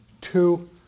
two